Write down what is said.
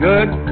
Good